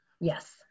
Yes